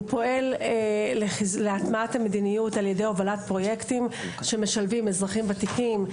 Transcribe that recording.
הוא פועל להטמעת המדיניות על ידי הובלת פרויקטים שמשלבים אזרחים ותיקים,